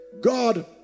God